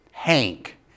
Hank